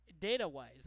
data-wise